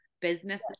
business